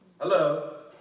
Hello